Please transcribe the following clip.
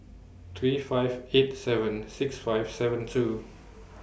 three five eight seven six five seven two